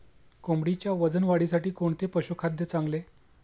कोंबडीच्या वजन वाढीसाठी कोणते पशुखाद्य चांगले?